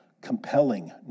compelling